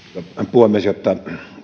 puhemies jotta